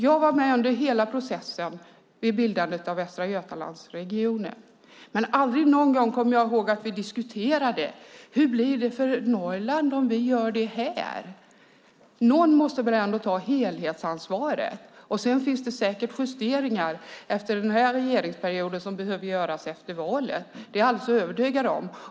Jag var med under hela processen vid bildandet av Västra Götalandsregionen, men jag kommer inte ihåg att vi någon enda gång diskuterade hur det skulle bli för Norrland om vi gjorde det där. Någon måste väl ändå ta helhetsansvaret. Sedan finns det säkert justeringar efter den här regeringsperioden som behöver göras efter valet. Det är jag alldeles övertygad om.